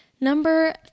number